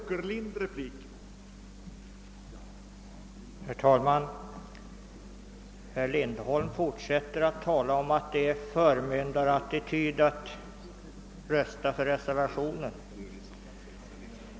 Herr Lindholm fortsätter att tala om att det är tecken på förmyndarattityd att rösta för reservationen.